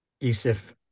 yusuf